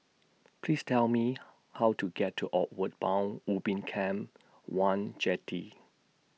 Please Tell Me How to get to Outward Bound Ubin Camp one Jetty